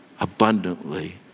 abundantly